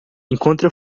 encontre